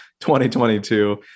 2022